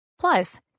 Plus